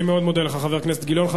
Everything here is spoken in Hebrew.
אני מאוד מודה לך, חבר הכנסת גילאון.